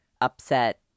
upset